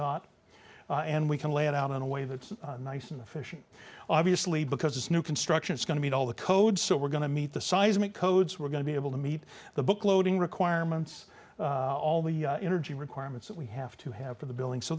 got and we can lay it out in a way that's nice and efficient obviously because it's new construction it's going to be all the code so we're going to meet the seismic codes we're going to be able to meet the book loading requirements all the energy requirements that we have to have for the building so